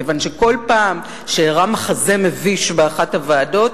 כיוון שבכל פעם שאירע מחזה מביש באחת מישיבות הוועדה,